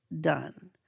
done